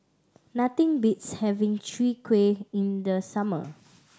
nothing beats having Chwee Kueh in the summer